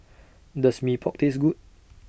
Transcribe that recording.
Does Mee Pok Taste Good